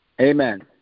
Amen